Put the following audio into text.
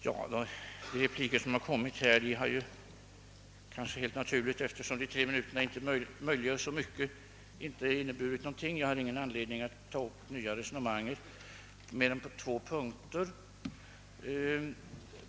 Herr talman! De repliker som givts har ju — helt naturligt, eftersom de tre minuterna inte möjliggör framförandet av så många synpunkter — inte inneburit någonting, och jag har inte anledning att ta upp nya resonemang mer än på två punkter.